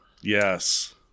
yes